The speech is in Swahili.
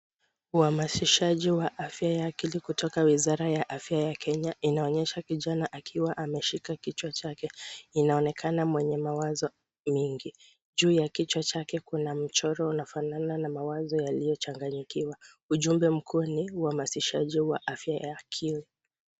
Uhamasishaji wa afya ya akili kutoka wizara ya afya ya Kenya, inaonyesha kijana akiwa ameshika kichwa chake ,inaonekana mwenye mawazo mengi. Juu ya kichwa chake kuna mchoro unafanana na mawazo yaliyochanganyikiwa. Ujumbe mkubwa ni uhamasishaji wa afya ya akili.